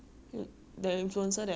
I show you before [what]